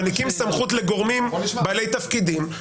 מעניקים סמכות לגורמים בעלי תפקידים.